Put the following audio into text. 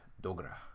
Dogra